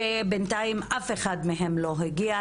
שבינתיים אף אחד מהם לא הגיע,